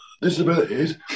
disabilities